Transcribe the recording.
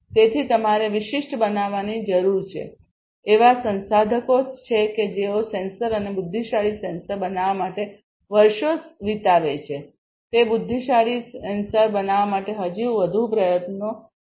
તેથી તમારે વિશિષ્ટ બનાવવાની જરૂર છે એવા સંશોધકો છે કે જેઓ સેન્સર અને બુદ્ધિશાળી સેન્સર બનાવવા માટે વર્ષો સાથે વિતાવે છે તે આ બુદ્ધિશાળી સેન્સર બનાવવા માટે હજી વધુ પ્રયત્નો લેશે